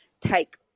take